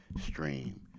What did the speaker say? Stream